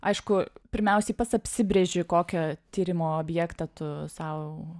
aišku pirmiausiai pats apsibrėži kokią tyrimo objektą tu sau